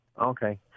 Okay